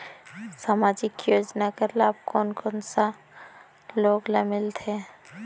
समाजिक योजना कर लाभ कोन कोन सा लोग ला मिलथे?